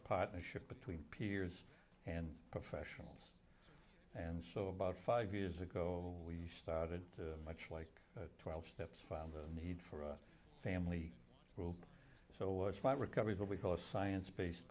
partnership between peers and professionals and so about five years ago we started much like twelve steps on the need for a family group so was my recovery what we call a science based